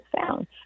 found